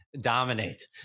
dominate